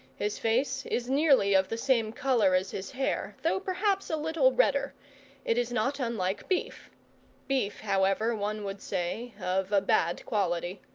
his face is nearly of the same colour as his hair, though perhaps a little redder it is not unlike beef beef, however, one would say, of a bad quality.